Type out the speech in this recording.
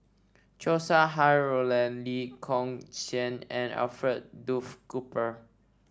Chow Sau Hai Roland Lee Kong Chian and Alfred Duff Cooper